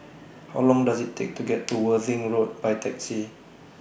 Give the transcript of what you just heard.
How Long Does IT Take to get to Worthing Road By Taxi